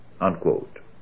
unquote